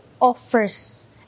offers